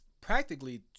practically